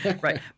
Right